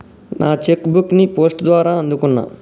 నా cheque book ని post ద్వారా అందుకున్నా